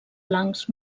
blancs